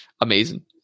Amazing